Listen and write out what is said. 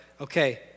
okay